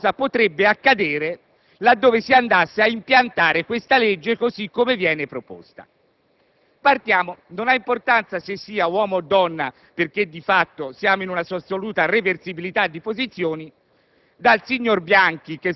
la briga di verificare cosa potrebbe accadere laddove si andasse ad impiantare questa legge, così come viene proposta. Cominciamo (non ha importanza se sia uomo o donna, perché di fatto siamo in un'assoluta reversibilità di posizioni)